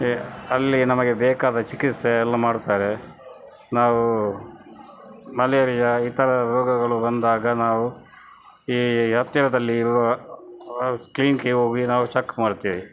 A ಅಲ್ಲಿ ನಮಗೆ ಬೇಕಾದ ಚಿಕಿತ್ಸೆ ಎಲ್ಲ ಮಾಡ್ತಾರೆ ನಾವು ಮಲೇರಿಯಾ ಈ ಥರ ರೋಗಗಳು ಬಂದಾಗ ನಾವು ಈ ಹತ್ತಿರದಲ್ಲಿ ಇರುವ ಕ್ಲೀನಿಕ್ಕಿಗೆ ಹೋಗಿ ನಾವು ಚಕ್ ಮಾಡುತ್ತೇವೆ